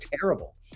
terrible